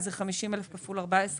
אז זה 50,000 שקל כפול 14%,